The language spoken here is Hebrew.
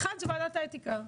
האחד, זה ועדת האתיקה.